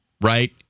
right